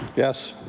yes.